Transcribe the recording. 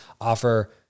offer